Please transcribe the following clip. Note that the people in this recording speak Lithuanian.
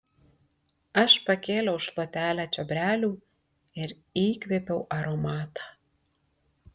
aš pakėliau šluotelę čiobrelių ir įkvėpiau aromatą